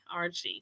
RG